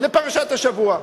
לפרשת השבוע.